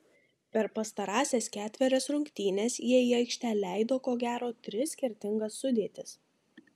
per pastarąsias ketverias rungtynes jie į aikštę leido ko gero tris skirtingas sudėtis